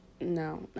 no